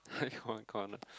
hide one corner